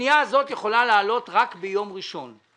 הפנייה הזאת יכולה לעלות רק ביום ראשון.